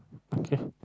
K